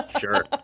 sure